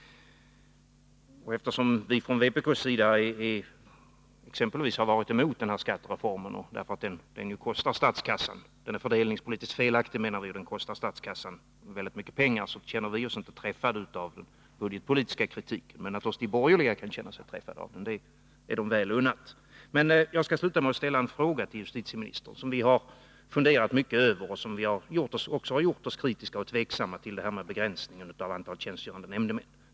Eftersom vi från vpk exempelvis har varit emot skattereformen, därför att den är fördelningspolitiskt felaktig och kostar statskassan väldigt mycket pengar, känner vi oss inte träffade av den budgetpolitiska kritiken. Men de borgerliga kan naturligtvis känna sig träffade — det är dem väl unnat. Jag skall sluta med att ställa en fråga till justitieministern om något som vi har funderat mycket över och som har gjort oss kritiska och tveksamma till begränsningen av antalet tjänstgörande nämndemän.